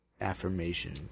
affirmation